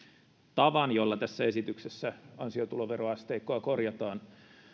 tavan jolla tässä esityksessä ansiotuloveroasteikkoa korjataan